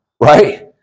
right